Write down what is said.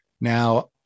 Now